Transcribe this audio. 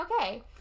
okay